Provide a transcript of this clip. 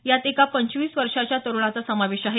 यात एका पंचवीस वर्षाच्या तरुणाचा समावेश आहे